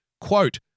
Quote